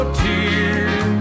tears